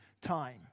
time